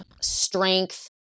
strength